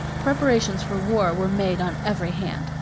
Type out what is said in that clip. preparations for war were made on every hand.